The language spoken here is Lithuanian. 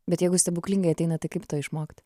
bet jeigu stebuklingai ateina tai kaip to išmokt